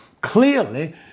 Clearly